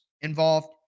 involved